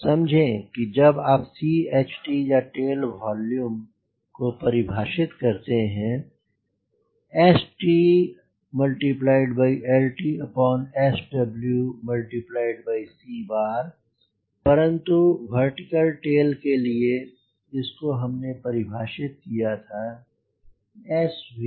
समझें जब आप CHT या टेल वोल्यूम रेश्यो को परिभाषित करते हैं stltsWc परन्तु वर्टीकल टेल के लिए इस को हमने इसे परिभाषित किया SVlvsWb सही